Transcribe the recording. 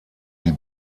die